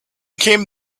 came